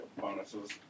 bonuses